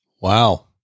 Wow